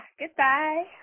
goodbye